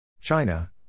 China